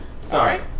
Sorry